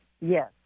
Yes